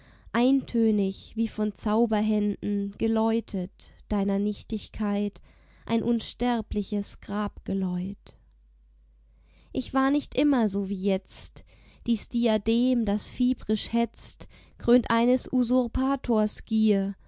eintönig wie von zauberhänden geläutet deiner nichtigkeit ein unsterbliches grabgeläut ich war nicht immer so wie jetzt dies diadem das fiebrisch hetzt krönt eines usurpators gier